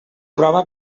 prova